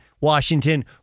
Washington